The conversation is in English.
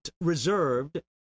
reserved